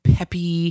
peppy